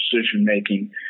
decision-making